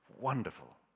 Wonderful